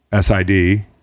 SID